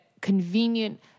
convenient